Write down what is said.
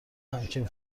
همچین